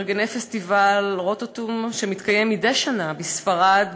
מארגני פסטיבל רוטוטום שמתקיים מדי שנה בספרד,